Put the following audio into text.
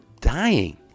dying